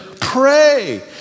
pray